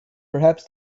perhaps